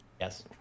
Yes